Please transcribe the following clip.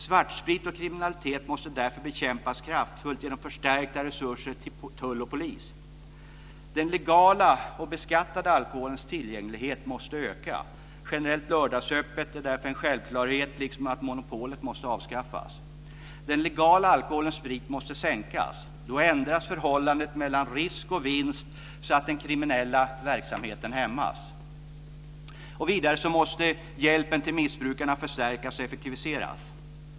Svartsprit och kriminalitet måste därför bekämpas kraftfullt genom förstärkta resurser till tull och polis. Den legala och beskattade alkoholens tillgänglighet måste öka. Generellt lördagsöppet är därför en självklarhet liksom att monopolet måste avskaffas. Den legala alkoholens pris måste sänkas. Då ändras förhållandet mellan risk och vinst så att den kriminella verksamheten hämmas. Vidare måste hjälpen till missbrukare förstärkas och effektiviseras.